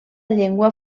llengua